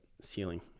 ceiling